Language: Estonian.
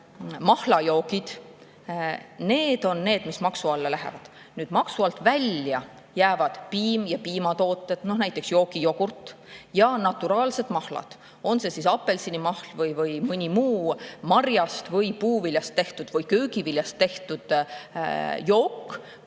mahlajoogid on need, mis maksu alla lähevad. Maksu alt välja jäävad piim ja piimatooted, näiteks joogijogurt, ja naturaalsed mahlad, on see siis apelsinimahl või mõni muu marjast või puuviljast või köögiviljast tehtud jook,